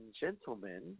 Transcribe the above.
gentlemen